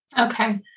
Okay